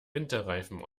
winterreifen